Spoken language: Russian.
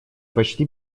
почти